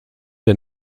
der